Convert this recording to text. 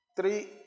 Three